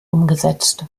umgesetzt